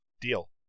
deal